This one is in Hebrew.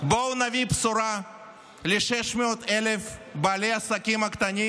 בואו נביא בשורה ל-600,000 בעלי העסקים הקטנים